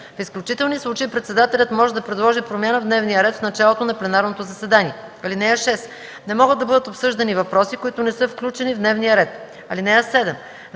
В изключителни случаи председателят може да предложи промяна в дневния ред в началото на пленарното заседание. (6) Не могат да бъдат обсъждани въпроси, които не са включени в дневния ред. (7)